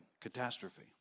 catastrophe